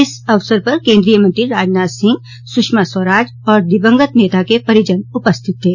इस अवसर पर केन्द्रीय मंत्री राजनाथ सिंह सुषमा स्वराज और दिवंगत नेता के परिजन उपस्थित थे